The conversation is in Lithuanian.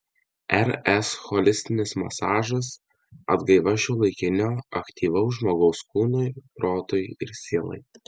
rs holistinis masažas atgaiva šiuolaikinio aktyvaus žmogaus kūnui protui ir sielai